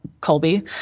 Colby